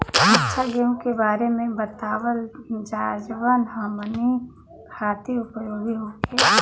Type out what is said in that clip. अच्छा गेहूँ के बारे में बतावल जाजवन हमनी ख़ातिर उपयोगी होखे?